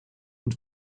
und